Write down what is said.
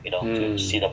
mm